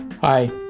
Hi